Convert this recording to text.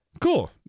cool